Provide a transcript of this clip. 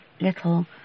little